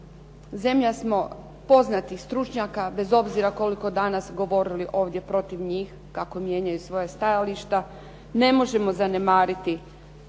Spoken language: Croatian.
zemlja smo poznatih stručnjaka, bez obzira koliko danas govorili ovdje protiv njih kako mijenjaju svoja stajališta. Ne možemo zanemariti